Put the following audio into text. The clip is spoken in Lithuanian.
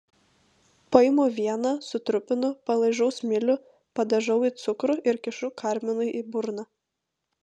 paimu vieną sutrupinu palaižau smilių padažau į cukrų ir kišu karminui į burną